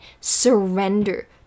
surrender